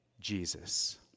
Jesus